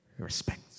respect